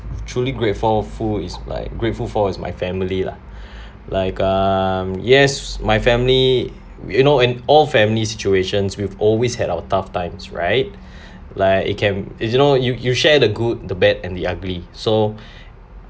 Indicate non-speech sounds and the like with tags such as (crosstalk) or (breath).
truly grateful fu is like grateful for is my family lah (breath) like um yes my family you know in all family situations we've always had our tough times right (breath) like it can it's you know you you share the good the bad and the ugly so (breath)